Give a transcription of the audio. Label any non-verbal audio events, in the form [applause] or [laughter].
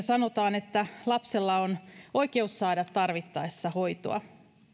[unintelligible] sanotaan että lapsella on oikeus saada tarvittaessa hoitoa